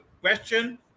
question